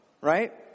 right